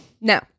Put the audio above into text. No